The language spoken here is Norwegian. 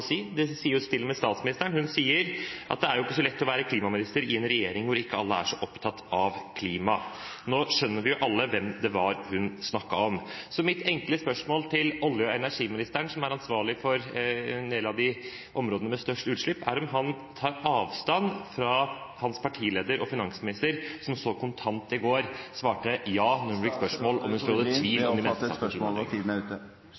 si. Det sier til og med statsministeren. Hun sier at det ikke er så lett å være klimaminister i en regjering hvor ikke alle er så opptatt av klima. Nå skjønner vi jo alle hvem hun snakket om. Mitt enkle spørsmål til olje- og energiministeren, som er ansvarlig for en del av de områdene med størst utslipp, er om han tar avstand fra sin partileder, finansministeren, som i går så kontant svarte ja på spørsmål om hun sådde tvil om menneskeskapte … Statsråd Tord Lien har oppfattet spørsmålet, og tiden er ute.